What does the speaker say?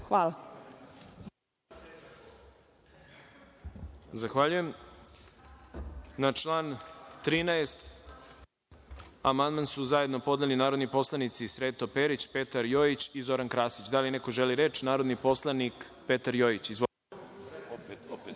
Zahvaljujem. Na član 13. amandman su zajedno podneli narodni poslanici Sreto Perić, Petar Jojić i Zoran Krasić. Da li neko želi reč? Reč ima narodni poslanik Petar Jojić. Izvolite. **Petar